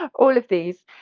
ah all of these.